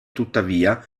tuttavia